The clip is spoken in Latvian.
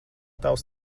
tavs